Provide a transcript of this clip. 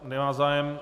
Nemá zájem.